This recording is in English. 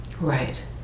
right